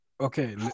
Okay